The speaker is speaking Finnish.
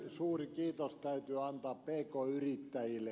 suuri kiitos täyty antaa myös pk yrittäjille